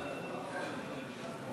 מתן טיפולי שיניים פה